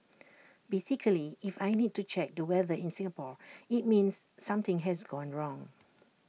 basically if I need to check the weather in Singapore IT means something has gone wrong